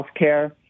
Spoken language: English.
healthcare